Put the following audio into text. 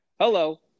Hello